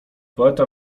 poeta